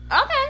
Okay